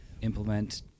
implement